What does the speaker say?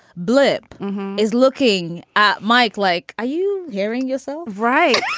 blip is looking at mike, like, are you hearing yourself right?